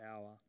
hour